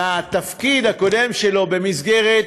מהתפקיד הקודם שלו במסגרת